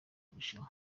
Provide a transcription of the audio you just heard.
kurushaho